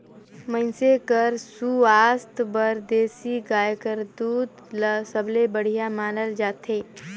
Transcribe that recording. मइनसे कर सुवास्थ बर देसी गाय कर दूद ल सबले बड़िहा मानल जाथे